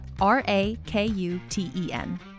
R-A-K-U-T-E-N